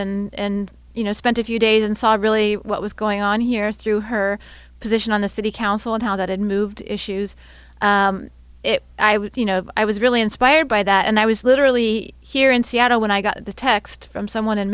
want and you know spent a few days inside really what was going on here through her position on the city council and how that had moved issues i would you know i was really inspired by that and i was literally here in seattle when i got the text from someone in